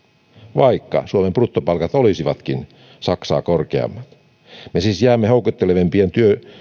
vaikka suomen bruttopalkat olisivatkin saksaa korkeammat me siis jäämme houkuttelevampien